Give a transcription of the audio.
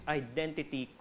identity